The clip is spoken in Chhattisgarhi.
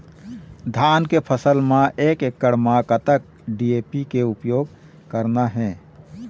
धान के फसल म एक एकड़ म कतक डी.ए.पी के उपयोग करना हे?